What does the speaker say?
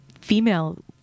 female